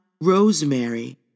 rosemary